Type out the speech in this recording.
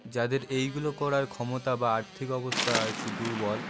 যাদের এইগুলো করার ক্ষমতা বা আর্থিক অবস্থা একটু দুর্বল